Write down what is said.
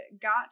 got